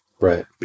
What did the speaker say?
right